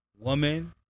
woman